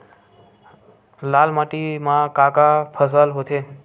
लाल माटी म का का फसल होथे?